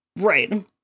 right